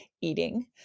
eating